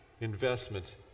investment